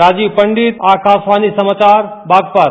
राजीव पंडित आकाशवाणी समाचार बागपत